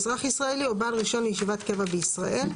אזרח ישראלי או בעל רישיון לישיבת קבע בישראל,